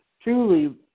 truly